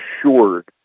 assured